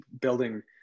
building